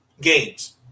games